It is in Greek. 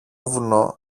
βουνό